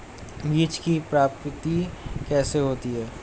बीज की प्राप्ति कैसे होती है?